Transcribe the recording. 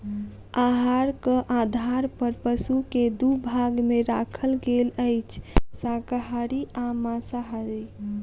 आहारक आधार पर पशु के दू भाग मे राखल गेल अछि, शाकाहारी आ मांसाहारी